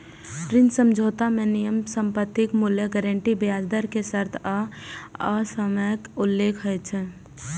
ऋण समझौता मे नियम, संपत्तिक मूल्य, गारंटी, ब्याज दर के शर्त आ समयक उल्लेख होइ छै